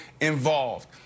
involved